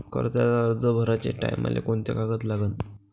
कर्जाचा अर्ज भराचे टायमाले कोंते कागद लागन?